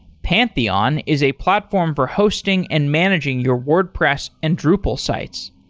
pantheon is a platform for hosting and managing your wordpress and drupal sites.